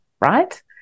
right